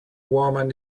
woman